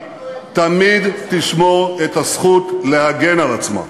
תמיד תשמור את הזכות להגן על עצמה.